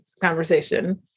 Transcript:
conversation